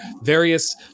various